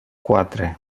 quatre